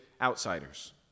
outsiders